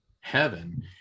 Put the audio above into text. heaven